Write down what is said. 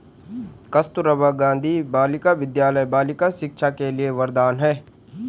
कस्तूरबा गांधी बालिका विद्यालय बालिका शिक्षा के लिए वरदान है